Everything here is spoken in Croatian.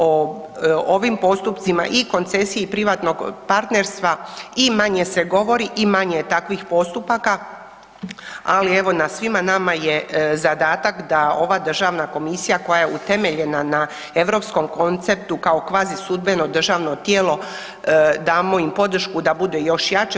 O ovim postupcima i koncesiji privatnog partnerstvo i manje se govori i manje je takvih postupaka, ali evo na svima nama je zadatak da ova Državna komisija koja je utemeljena na europskom konceptu kao kvazi sudbeno državno tijelo damo im podršku da budu još jače.